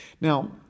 now